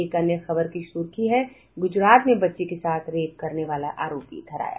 एक अन्य खबर की सुर्खी है गुजरात में बच्ची के साथ रेप करने वाला आरोपी धराया